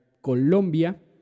Colombia